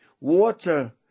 water